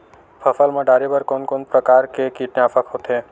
फसल मा डारेबर कोन कौन प्रकार के कीटनाशक होथे?